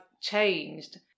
changed